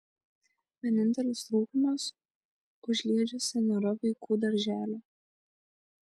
vienintelis trūkumas užliedžiuose nėra vaikų darželio